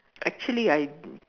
actually I